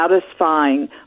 satisfying